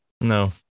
No